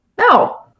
no